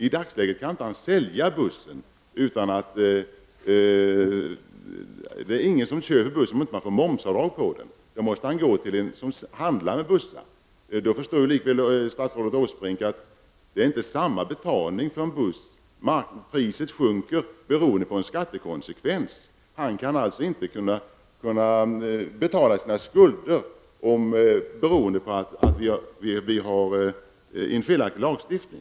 I dagsläget kan han inte sälja bussen -- det är ingen som köper bussen om man inte får momsavdrag på den. Då måste han gå till en som handlar med bussar. Statsrådet Åsbrink kan då förstå att priset sjunker beroende på denna skattekonsevens. Han kan alltså inte betala sina skulder beroende på att vi har en felaktig lagstiftning!